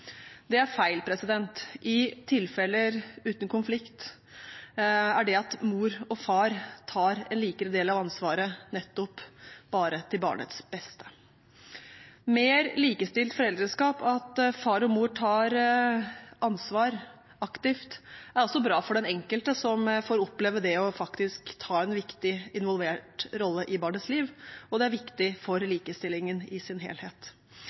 Det er feil. I tilfeller uten konflikt er det at mor og far tar en mer lik del av ansvaret, nettopp bare til barnets beste. Mer likestilt foreldreskap, det at far og mor aktivt tar ansvar, er også bra for den enkelte som får oppleve det faktisk å ta en viktig involvert rolle i barnets liv, og det er viktig for likestillingen i sin helhet.